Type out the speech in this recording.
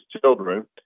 children